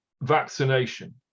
vaccination